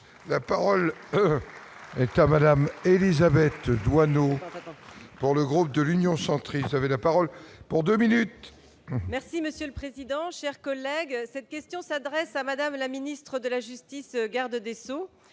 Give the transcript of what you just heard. la parole est à Madame Élisabeth Doineau. Pour le groupe de l'Union centriste avait la parole pour 2 minutes. Merci Monsieur le Président, chers collègues, cette question s'adresse à Madame la ministre de la Justice, Garde des Sceaux,